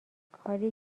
کاری